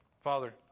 Father